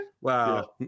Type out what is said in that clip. Wow